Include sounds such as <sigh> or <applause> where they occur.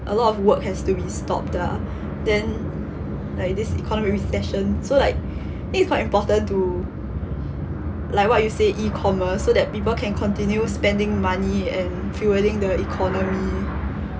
a lot of work has to be stopped ah then <breath> like this economic recession so like <breath> I think it's quite important to like what you said e-commerce so that people can continue spending money and fueling the economy